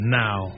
now